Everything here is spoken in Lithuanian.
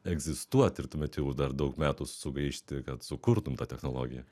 egzistuot ir tuomet jau dar daug metų sugaišti kad sukurtum tą technologiją